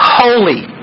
holy